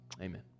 Amen